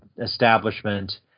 establishment